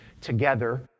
together